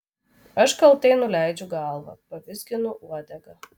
aš kaltai nuleidžiu galvą pavizginu uodegą